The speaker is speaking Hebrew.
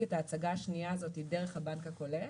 את ההצגה השנייה הזאת דרך הבנק הקולט.